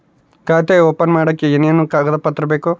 ಖಾತೆ ಓಪನ್ ಮಾಡಕ್ಕೆ ಏನೇನು ಕಾಗದ ಪತ್ರ ಬೇಕು?